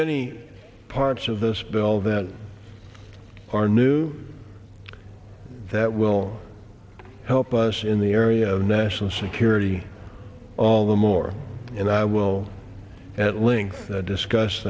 many parts of this bill that are new that will help us in the area of national security all the more and i will at link discuss